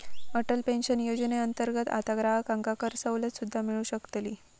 Atal pension योजनेअंतर्गत आता ग्राहकांका करसवलत सुद्दा मिळू शकतली